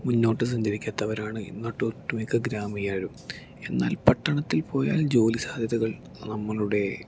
മുന്നോട്ട് സഞ്ചരിക്കാത്തവരാണ് ഒട്ടു മിക്ക ഗ്രാമീണരും എന്നാൽ പട്ടണത്തിൽ പോയാൽ ജോലി സാധ്യതകൾ നമ്മളുടെ